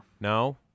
No